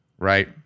Right